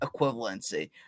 equivalency